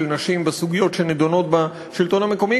נשים בסוגיות שנדונות בשלטון המקומי,